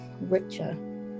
richer